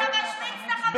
אתה משמיץ את החברים שלך.